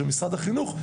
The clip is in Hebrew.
של משרד החינוך,